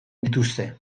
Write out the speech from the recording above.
dituzte